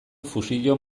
fusio